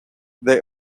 they